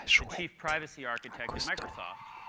the chief privacy architect at microsoft.